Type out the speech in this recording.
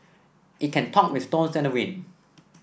it can talk with stones and wind